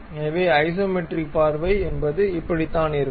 எனவே ஐசோமெட்ரிக் பார்வை என்பது இப்படி தான் இருக்கும்